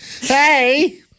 Hey